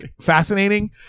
fascinating